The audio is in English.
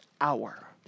hour